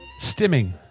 Stimming